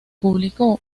publicó